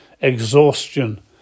exhaustion